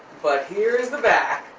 but here's the back.